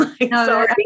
No